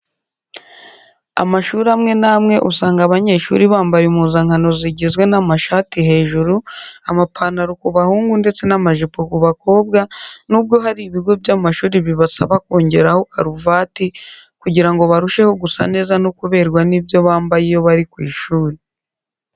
Amashuri amwe n'amwe usanga abanyeshuri bambara impuzankano zigizwe n'amashati hejuru, amapantaro ku bahungu ndetse n'amajipo ku bakobwa nubwo hari ibigo by'amashuri bibasaba kongeraho karuvati kugira ngo barusheho gusa neza no kuberwa n'ibyo bambaye iyo bari ku ishuri.